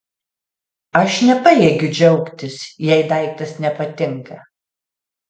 aš nepajėgiu džiaugtis jei daiktas nepatinka